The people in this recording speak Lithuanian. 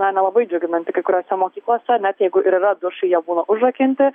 na nelabai džiuginanti kai kuriose mokyklose net jeigu ir yra dušai jie būna užrakinti